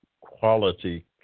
quality